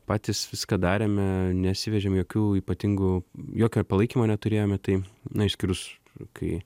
patys viską darėme nesivežėm jokių ypatingų jokio palaikymo neturėjome tai na išskyrus kai